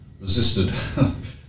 resisted